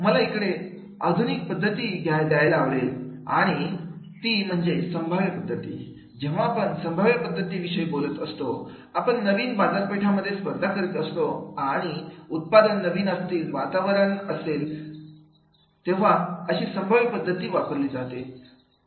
आता मला इकडे आधुनिक पद्धती घ्यायला आवडेल आणि ती म्हणजे संभाव्य पद्धती जेव्हा आपण संभाव्य पद्धती विषयी बोलत असतो आपण नवीन बाजारपेठांमध्ये स्पर्धा करीत असतो आणि उत्पादन नवीन असतील वातावरण असतील असेल तेव्हा अशी संभाव्य पद्धती वापरली जाते